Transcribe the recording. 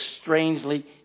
strangely